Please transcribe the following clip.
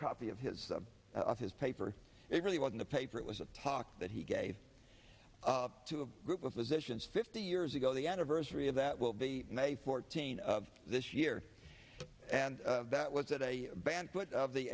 copy of his of his paper it really was in the paper it was a talk that he gave up to a group of physicians fifty years ago the anniversary of that will be a fourteen of this year and that was that a band put of the